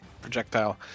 projectile